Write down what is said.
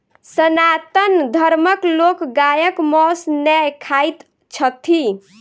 सनातन धर्मक लोक गायक मौस नै खाइत छथि